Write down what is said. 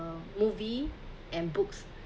um movie and books